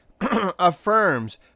affirms